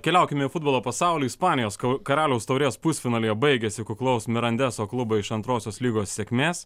keliaukime į futbolo pasaulį ispanijos karaliaus taurės pusfinalyje baigėsi kuklaus mirandeso klubo iš antrosios lygos sėkmės